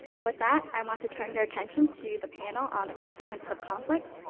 and with that, i want to turn your attention to the panel on the consequences of conflict.